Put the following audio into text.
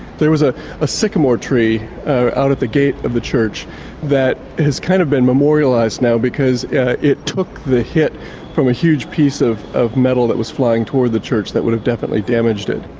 there was ah a sycamore tree out at the gate of the church that has kind of been memorialised now, because it took the hit from a huge piece of of metal that was flying towards the church that would have definitely damaged it.